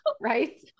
right